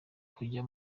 kujya